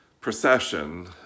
procession